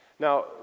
Now